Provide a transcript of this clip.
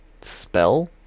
Spell